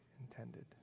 intended